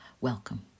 welcome